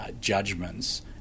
judgments